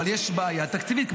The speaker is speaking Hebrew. אבל יש בעיה תקציבית,